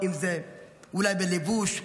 אולי הלבוש,